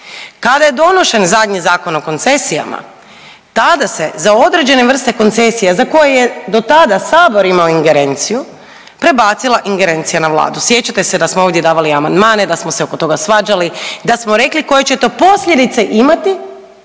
kada je donošen zadnji Zakon o koncesijama tada se za određene vrste koncesija za koje je do tada Sabor imao ingerenciju, prebacila ingerencija na Vladu. Sjećate se da smo ovdje davali amandmane, da smo se oko toga svađali, da smo rekli koje će to posljedice imati